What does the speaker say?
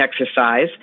exercise